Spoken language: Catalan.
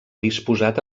disposat